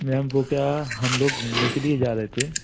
ma'am वो क्या हम लोग घूमने के लिए जा रहे थे